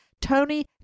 Tony